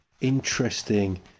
interesting